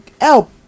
help